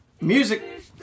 music